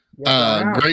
Great